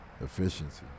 Efficiency